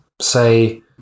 say